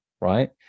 right